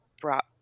brought